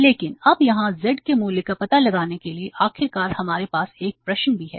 लेकिन अब यहां z के मूल्य का पता लगाने के लिए आखिरकार हमारे पास एक प्रशन भी है